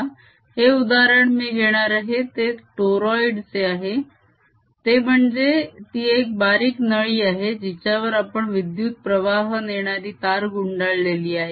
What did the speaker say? जे उदाहरण मी घेणार आहे ते तोरोईड चे आहे ते म्हणजे ती एक बारीक नळी आहे जिच्यावर आपण विद्युत प्रवाह नेणारी तार गुंडाळलेली आहे